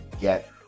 get